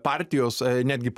partijos netgi